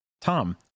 Tom